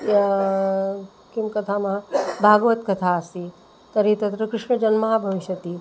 यत् किं कथयामः भागवतकथा अस्ति तर्हि तत्र कृष्णजन्म भविष्यति